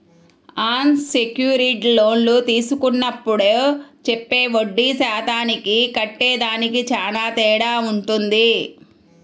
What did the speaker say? అన్ secured లోన్లు తీసుకునేప్పుడు చెప్పే వడ్డీ శాతానికి కట్టేదానికి చానా తేడా వుంటది